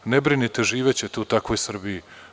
Ne brinite, živećete u takvoj Srbiji.